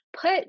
put